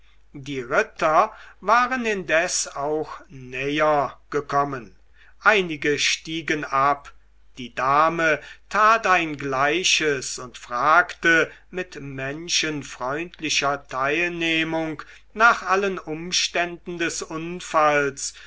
die ritter waren indes auch näher gekommen einige stiegen ab die dame tat ein gleiches und fragte mit menschenfreundlicher teilnehmung nach allen umständen des unfalls